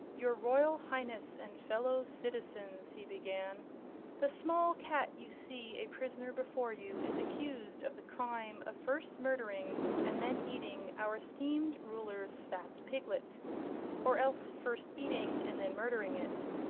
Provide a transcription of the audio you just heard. your royal highness and fellow citizens, he began the small cat you see a prisoner before you is accused of the crime of first murdering and then eating our esteemed ruler's fat piglet or else first eating and then murdering it.